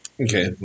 Okay